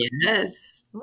Yes